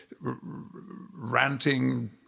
ranting